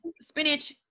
spinach